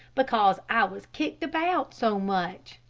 because i was kicked about so much.